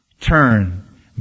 turn